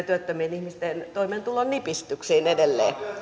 työttömien ihmisten toimeentulon nipistyksiin edelleen